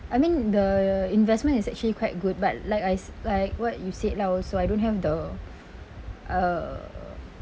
I mean the investment is actually quite good but like I s~ like what you said lah also I don't have the uh